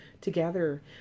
together